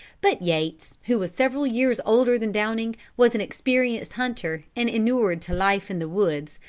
but yates, who was several years older than downing, was an experienced hunter and inured to life in the woods,